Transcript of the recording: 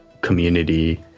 Community